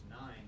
nine